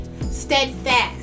Steadfast